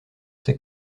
ses